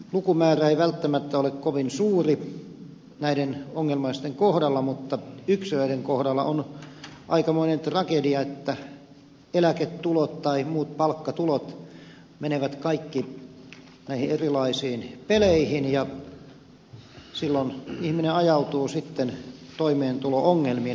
lukumäärä ei välttämättä ole kovin suuri näiden ongelmaisten kohdalla mutta yksilöiden kohdalla on aikamoinen tragedia että eläketulot tai muut palkkatulot menevät kaikki näihin erilaisiin peleihin ja silloin ihminen ajautuu sitten toimeentulo ongelmiin